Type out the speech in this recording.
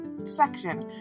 section